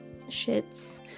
shits